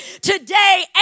today